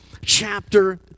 chapter